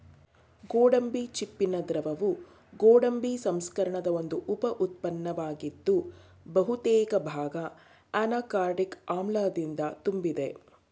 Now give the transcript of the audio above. ಗೋಡಂಬಿ ಚಿಪ್ಪಿನ ದ್ರವವು ಗೋಡಂಬಿ ಸಂಸ್ಕರಣದ ಒಂದು ಉಪ ಉತ್ಪನ್ನವಾಗಿದ್ದು ಬಹುತೇಕ ಭಾಗ ಅನಾಕಾರ್ಡಿಕ್ ಆಮ್ಲದಿಂದ ತುಂಬಿದೆ